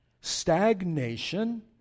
stagnation